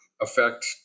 affect